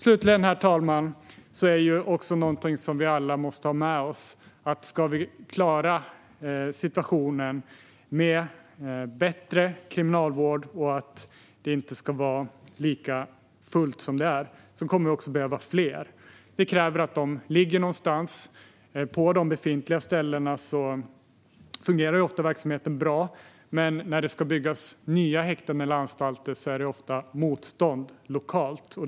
Slutligen, herr talman, måste vi alla ha med oss att vi, om vi ska klara situationen genom en bättre kriminalvård och inte ha lika fullt som i dag, kommer att behöva fler anstalter. De måste ligga någonstans. På de befintliga platserna fungerar verksamheten ofta bra, men när det ska byggas nya häkten eller anstalter är det ofta motstånd lokalt.